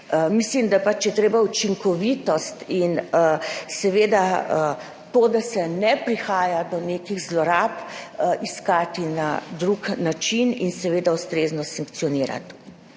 Mislim, da je pač treba učinkovitost in seveda to, da ne prihaja do nekih zlorab, iskati na drug način in seveda ustrezno sankcionirati.